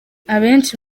abenshi